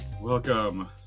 welcome